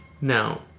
No